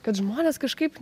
kad žmonės kažkaip